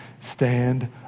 stand